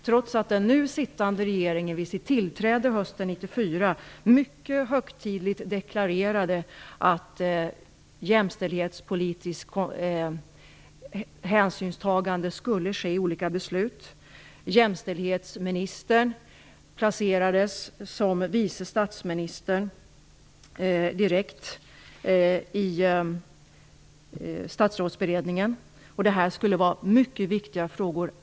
Trots att den nu sittande regeringen vid sitt tillträde hösten 1994 mycket högtidligt deklarerade att jämställdhetspolitiskt hänsynstagande skulle ske i olika beslut. Jämställdhetsministern placerades som vice statsminister direkt i statsrådsberedningen. Detta skulle vara mycket viktiga frågor.